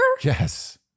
Yes